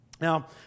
Now